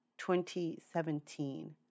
2017